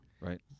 right